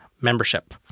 membership